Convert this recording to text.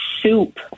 soup